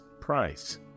price